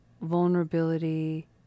vulnerability